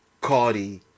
Cardi